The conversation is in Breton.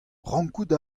rankout